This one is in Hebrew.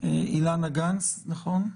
אילנה גנס, נכון?